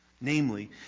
namely